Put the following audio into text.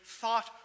thought